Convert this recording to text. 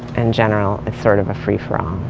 and general, it's sort of a free for all.